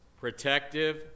protective